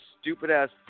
stupid-ass